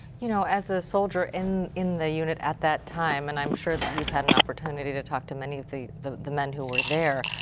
you know as a soldier in in the unit at that time, and i'm sure that you've had an opportunity to talk to many of the the men who were there,